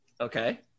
okay